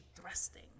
thrusting